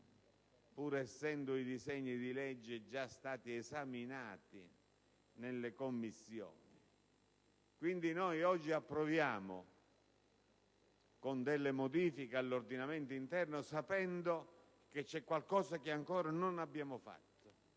pur essendo i disegni di legge già stati esaminati nelle Commissioni. Pertanto, oggi approviamo il provvedimento in esame con modifiche all'ordinamento interno, sapendo che c'è qualcosa che ancora non abbiamo fatto,